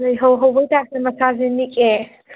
ꯂꯥꯏꯍꯧ ꯍꯧꯕꯩ ꯇꯥꯏꯞꯇ ꯃꯁꯥꯁꯦ ꯅꯤꯛꯑꯦ